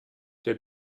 der